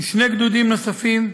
עם שני גדודים נוספים,